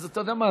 אז אתה יודע מה?